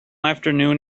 afternoon